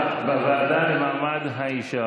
המציעה, בוועדה למעמד האישה.